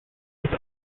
with